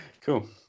Cool